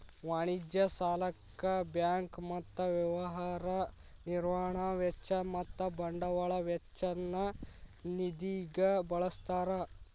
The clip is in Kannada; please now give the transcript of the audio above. ವಾಣಿಜ್ಯ ಸಾಲಕ್ಕ ಬ್ಯಾಂಕ್ ಮತ್ತ ವ್ಯವಹಾರ ನಿರ್ವಹಣಾ ವೆಚ್ಚ ಮತ್ತ ಬಂಡವಾಳ ವೆಚ್ಚ ನ್ನ ನಿಧಿಗ ಬಳ್ಸ್ತಾರ್